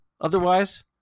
Otherwise